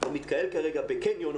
או מתקהל כרגע בקניון,